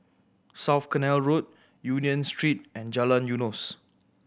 South Canal Road Union Street and Jalan Eunos